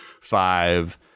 five